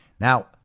Now